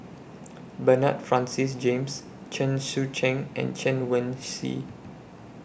Bernard Francis James Chen Sucheng and Chen Wen Hsi